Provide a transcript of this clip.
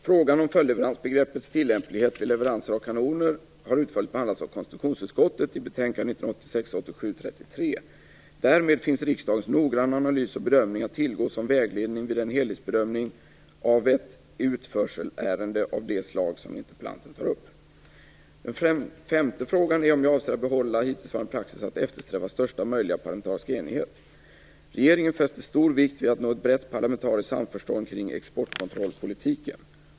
Frågan om följdleveransbegreppets tillämplighet vid leveranser av kanoner har utförligt behandlats av konstitutionsutskottet i betänkande 1986/87:33. Därmed finns riksdagens noggranna analys och bedömning att tillgå som vägledning vid en helhetsbedömning av ett utförselärende av det slag som interpellanten tar upp. Den femte frågan är om jag avser att behålla hittillsvarande praxis att eftersträva största möjliga parlamentariska enighet. Regeringen fäster stor vikt vid att nå ett brett parlamentariskt samförstånd kring exportkontrollpolitiken.